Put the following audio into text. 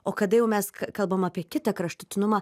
o kada jau mes kalbam apie kitą kraštutinumą